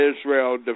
Israel